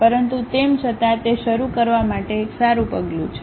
પરંતુ તેમ છતાં તે શરૂ કરવા માટે એક સારું પગલું છે